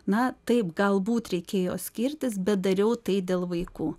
na taip galbūt reikėjo skirtis bet dariau tai dėl vaikų